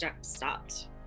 stopped